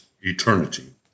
eternity